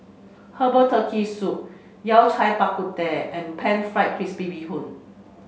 Herbal Turtle Soup Yao Cai Bak Kut Teh and Pan Fried Crispy Bee Hoon